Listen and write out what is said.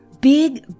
big